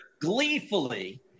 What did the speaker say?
gleefully